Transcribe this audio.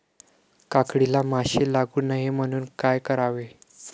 काकडीला माशी लागू नये म्हणून काय करावे?